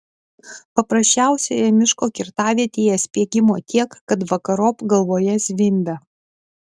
paprasčiausioje miško kirtavietėje spiegimo tiek kad vakarop galvoje zvimbia